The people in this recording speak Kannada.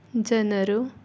ಜನರು